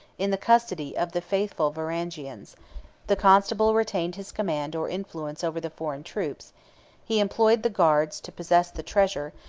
in the custody of the faithful varangians the constable retained his command or influence over the foreign troops he employed the guards to possess the treasure,